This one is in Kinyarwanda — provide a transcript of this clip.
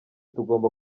tugomba